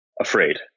afraid